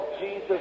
Jesus